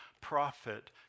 prophet